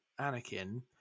Anakin